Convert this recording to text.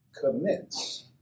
commits